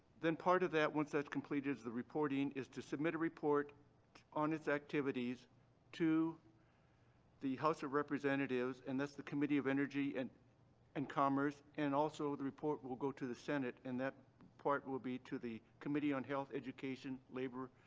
then part of that, once that's completed is the reporting, is to submit a report on its activities to the house of representatives and that's the committee of energy and and commerce and also the report will go to the senate and that part will be to the committee on health education, labor,